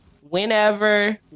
whenever